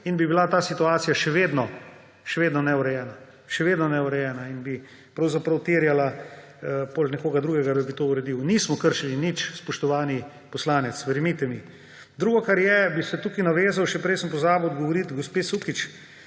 in bi bila ta situacija še vedno neurejena in bi pravzaprav terjala potem nekoga drugega, da bi to uredil. Nismo kršili nič, spoštovani poslanec, verjemite mi. Drugo, kar je, bi se tukaj navezal, še prej sem pozabil odgovoriti gospe Sukič